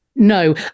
No